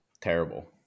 terrible